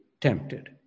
tempted